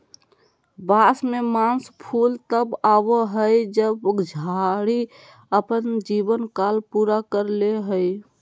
बांस में मास फूल तब आबो हइ जब झाड़ी अपन जीवन काल पूरा कर ले हइ